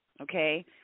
okay